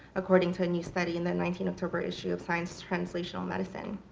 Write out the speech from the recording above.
according to a new study in the nineteen october issue of science translational medicine.